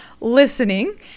listening